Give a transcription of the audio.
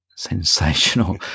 sensational